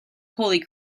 holy